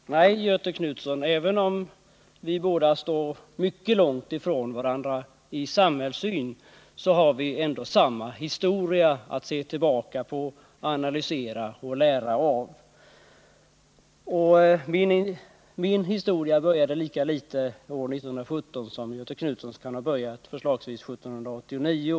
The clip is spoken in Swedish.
Herr talman! Nej, Göthe Knutson, även om vi båda står mycket långt ifrån varandra i fråga om samhällssyn har vi ändå samma historia att se tillbaka på, analysera och lära av. Och min historia började lika litet år 1917 som Göthe Knutsons kan ha börjat, förslagsvis, 1789.